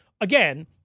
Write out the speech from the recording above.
again